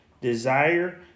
desire